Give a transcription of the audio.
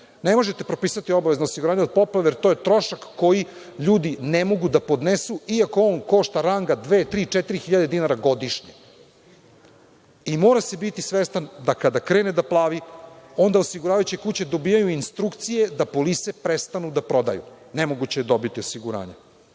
možete propisati obavezno osiguranje od poplave, jer to je trošak koji ljudi ne mogu da podnesu, iako on košta ranga dve, tri, 4.000 dinara godišnje. Mora se biti svestan da kada krene da plavi, onda osiguravajuće kuće dobijaju instrukcije da polise prestaju da prodaju. Nemoguće je dobiti osiguranje.